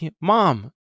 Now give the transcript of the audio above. mom